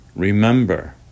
Remember